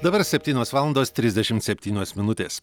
dabar septynios valandos trisdešim septynios minutės